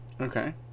Okay